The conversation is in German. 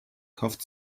kauft